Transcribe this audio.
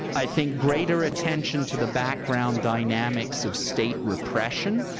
i think, greater attention to the background dynamics of state repression,